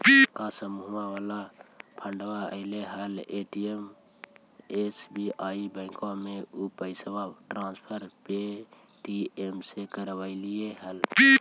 का समुहवा वाला फंडवा ऐले हल एस.बी.आई बैंकवा मे ऊ पैसवा ट्रांसफर पे.टी.एम से करवैलीऐ हल?